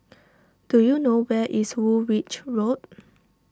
do you know where is Woolwich Road